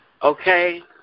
Okay